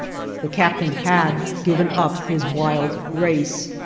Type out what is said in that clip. the captain had given up his wild race.